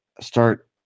start